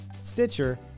Stitcher